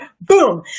boom